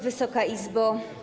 Wysoka Izbo!